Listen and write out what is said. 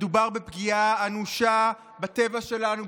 מדובר בפגיעה אנושה בטבע שלנו,